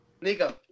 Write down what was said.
Nico